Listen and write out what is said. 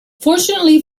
fortunately